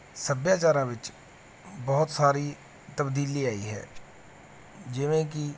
ਸੱਭਿਆਚਾਰਾਂ ਵਿੱਚ ਬਹੁਤ ਸਾਰੀ ਤਬਦੀਲੀ ਆਈ ਹੈ ਜਿਵੇਂ ਕਿ